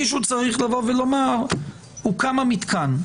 מישהו צריך לבוא ולומר שהוקם המתקן.